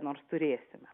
nors turėsime